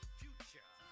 future